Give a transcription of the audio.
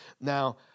Now